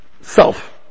self